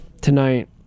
tonight